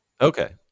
okay